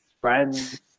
Friends